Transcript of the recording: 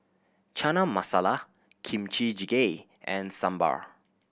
Chana Masala Kimchi Jjigae and Sambar